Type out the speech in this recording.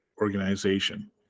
organization